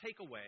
takeaway